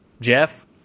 Jeff